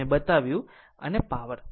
મેં બતાવ્યું અને પાવર